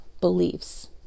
beliefs